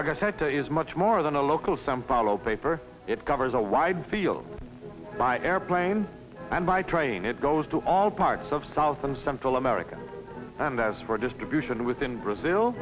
are said to is much more than a local some follow paper it covers a wide field by airplane and by train it goes to all parts of south and central america and that is for distribution within brazil